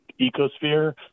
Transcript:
ecosphere